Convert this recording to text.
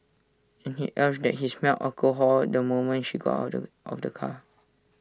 and he alleged that he smelled alcohol the moment she got out of of the car